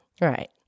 Right